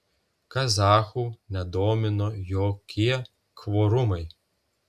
kazachų nedomino jokie kvorumai